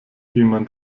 jemand